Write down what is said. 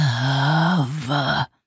love